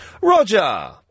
Roger